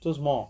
做什么